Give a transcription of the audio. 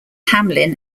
hamlin